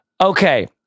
Okay